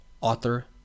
author